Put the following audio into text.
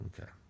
Okay